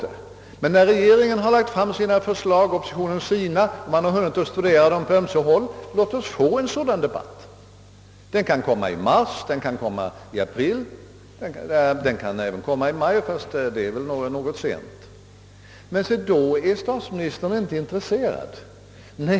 Men låt oss få debatten så snart regeringen lagt fram sina förslag och oppositionen sina och man hunnit studera dem på ömse håll; debatten kan komma i mars, i april, kanske även i maj, fastän det är något sent. Men se, då är statsministern inte intresserad.